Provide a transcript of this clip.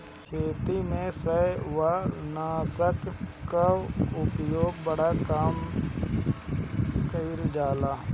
खेती में शैवालनाशक कअ उपयोग बड़ा कम कइल जाला